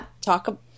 talk